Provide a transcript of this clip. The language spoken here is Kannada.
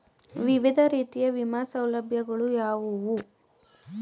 ವಿವಿಧ ರೀತಿಯ ವಿಮಾ ಸೌಲಭ್ಯಗಳು ಯಾವುವು?